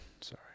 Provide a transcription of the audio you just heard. sorry